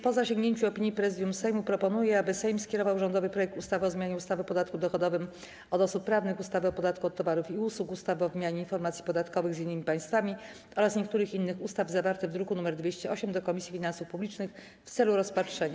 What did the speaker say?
Po zasięgnięciu opinii Prezydium Sejmu proponuję, aby Sejm skierował rządowy projekt ustawy o zmianie ustawy o podatku dochodowym od osób prawnych, ustawy o podatku od towarów i usług, ustawy o wymianie informacji podatkowych z innymi państwami oraz niektórych innych ustaw, zawarty w druku nr 208, do Komisji Finansów Publicznych w celu rozpatrzenia.